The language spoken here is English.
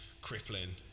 crippling